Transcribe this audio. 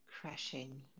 crashing